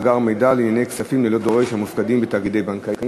מאגר מידע לעניין כספים ללא דורש המופקדים בתאגידים בנקאיים).